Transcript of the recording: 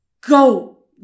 Go